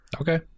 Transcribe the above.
okay